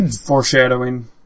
foreshadowing